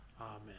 Amen